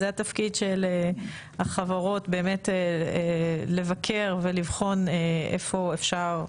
והתפקיד של החברות הוא לבקר ולבחון איפה אפשר לשפר.